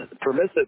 permissive